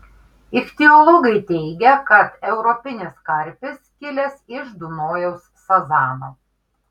ichtiologai teigia kad europinis karpis kilęs iš dunojaus sazano